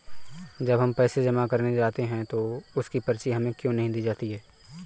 जब हम पैसे जमा करने जाते हैं तो उसकी पर्ची हमें क्यो नहीं दी जाती है?